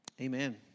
Amen